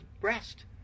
rest